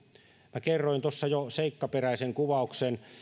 minä kerroin tuossa jo seikkaperäisen kuvauksen